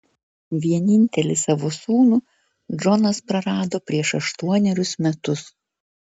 vienintelį savo sūnų džonas prarado prieš aštuonerius metus